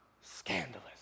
scandalous